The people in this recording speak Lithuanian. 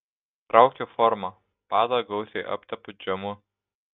traukiu formą padą gausiai aptepu džemu